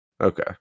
Okay